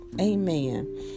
Amen